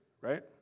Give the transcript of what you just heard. right